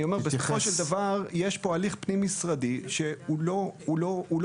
אני אומר שבסופו של דבר יש פה הליך פנים-משרדי שהוא לא יעיל.